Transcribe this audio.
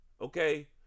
Okay